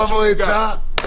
אצלך במועצה,